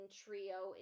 trio